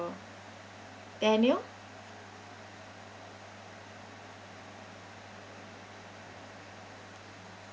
daniel